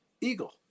eagle